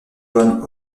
von